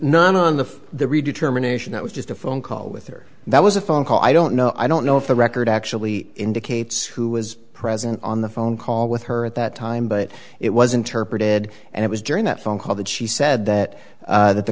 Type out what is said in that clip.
not on the the redetermination that was just a phone call with her that was a phone call i don't know i don't know if the record actually indicates who was present on the phone call with her at that time but it wasn't her pretty head and it was during that phone call that she said that that the